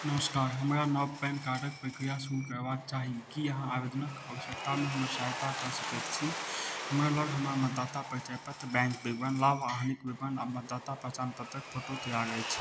नमस्कार हमरा नव पैन कार्डक प्रक्रिया शुरू करबाक चाही की अहाँ आवेदनक आवश्यकतामे हमर सहायता कऽ सकैत छी हमरा लग हमर मतदाता परिचय पत्र बैंक विवरण लाभ आ हानिक विवरण आ मतदाता पहचान पत्रक फोट तैयार अछि